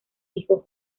hijos